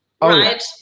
right